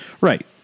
Right